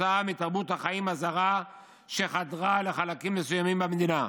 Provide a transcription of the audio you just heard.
תוצאה מתרבות החיים הזרה שחדרה לחלקים מסוימים במדינה.